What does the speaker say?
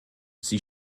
sie